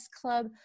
club